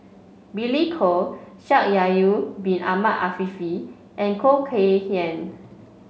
Billy Koh Shaikh Yahya Bin Ahmed Afifi and Khoo Kay Hian